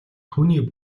түүний